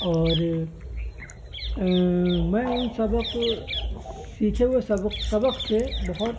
اور میں ان سبق سیکھے ہوئے سبق سبق سے بہت